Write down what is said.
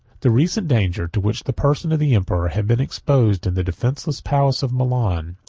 the recent danger, to which the person of the emperor had been exposed in the defenceless palace of milan,